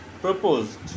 proposed